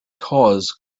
cause